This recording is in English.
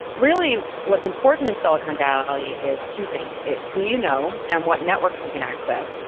really what's important in silicon valley is two things it's who you know and what networks you can access.